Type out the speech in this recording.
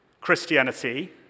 Christianity